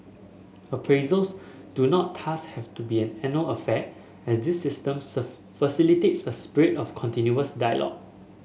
appraisals do not thus have to be an annual affair as this system facilitates a spirit of continuous dialogue